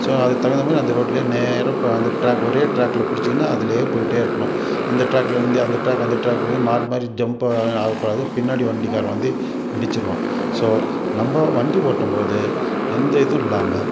so அதுக்கு தகுந்த மாதிரி அந்த ரோட்டில் நேராக இப்போ அந்த ட்ராக் ஒரே ட்ராக்கில் பிடிச்சிங்கன்னா அதில் போயிகிட்டே இருக்கணும் இந்த ட்ராக்லிருந்து அந்த ட்ராக் அந்த ட்ராக்கில் மாறி மாறி ஜம்ப்பு ஆகக்கூடாது பின்னாடி வண்டிக்காரன் வந்து இடிச்சுருவான் ஸோ நம்ப வண்டி ஓட்டும்போது எந்த இதுவும் இல்லாமல்